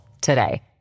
today